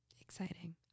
Exciting